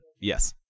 Yes